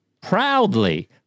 proudly